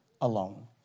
Alone